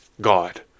god